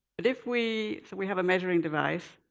but if we so we have a measuring device,